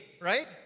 right